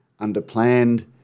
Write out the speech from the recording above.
underplanned